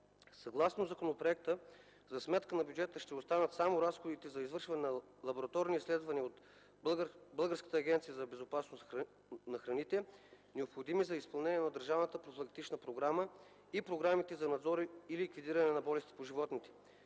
Съгласно законопроекта за сметка на бюджета ще останат само разходите за извършване на лабораторни изследвания от Българската агенция по безопасност на храните, необходими за изпълнението на държавната профилактична програма и програмите за надзор и ликвидиране на болести по животните.